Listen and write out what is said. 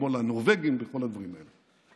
כמו לנורבגים וכל הדברים האלה,